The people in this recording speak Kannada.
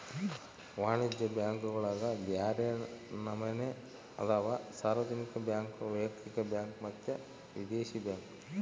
ವಾಣಿಜ್ಯ ಬ್ಯಾಂಕುಗುಳಗ ಬ್ಯರೆ ನಮನೆ ಅದವ, ಸಾರ್ವಜನಿಕ ಬ್ಯಾಂಕ್, ವೈಯಕ್ತಿಕ ಬ್ಯಾಂಕ್ ಮತ್ತೆ ವಿದೇಶಿ ಬ್ಯಾಂಕ್